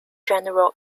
general